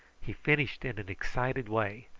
he finished in an excited way,